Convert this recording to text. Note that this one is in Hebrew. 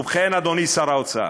ובכן, אדוני שר האוצר,